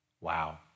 Wow